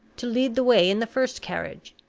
to lead the way in the first carriage,